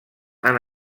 han